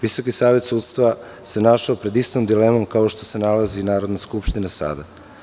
Visoki savet sudstva se našao pred istom dilemom kao što se nalazi i Narodna skupština sada.